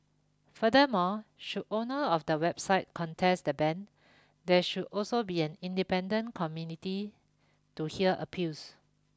furthermore should owner of the website contest the ban there should also be an independent to hear appeals